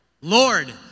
Lord